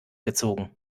gezogen